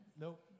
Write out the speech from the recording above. nope